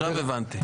עכשיו הבנתי.